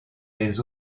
les